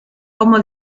como